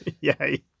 Yay